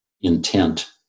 intent